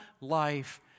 life